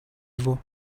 его